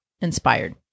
inspired